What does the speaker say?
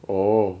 oh